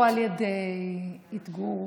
או על ידי אתגור